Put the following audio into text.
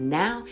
now